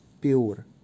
pure